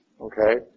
Okay